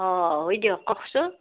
অঁ হয় দিয়ক কওকচোন